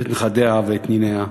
ואת נכדיה ואת ניניה,